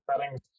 settings